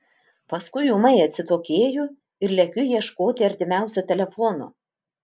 paskui ūmai atsitokėju ir lekiu ieškoti artimiausio telefono